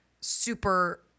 super